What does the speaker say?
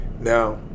Now